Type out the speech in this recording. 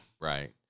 Right